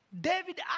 David